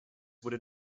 would